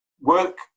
work